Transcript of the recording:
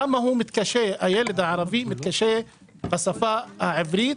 למה הילד הערבי מתקשה בשפה העברית?